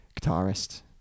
guitarist